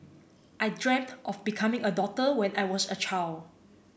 I dreamt of becoming a doctor when I was a child